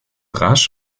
rasch